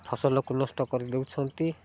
ଫସଲକୁ ନଷ୍ଟ କରିଦେଉଛନ୍ତି